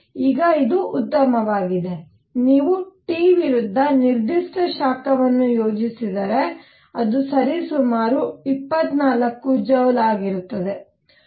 ಈಗ ಇದು ಉತ್ತಮವಾಗಿದೆ ನೀವು T ವಿರುದ್ಧ ನಿರ್ದಿಷ್ಟ ಶಾಖವನ್ನು ಯೋಜಿಸಿದರೆ ಅದು ಸರಿಸುಮಾರು 24 ಜೌಲ್ ಆಗಿರುತ್ತದೆ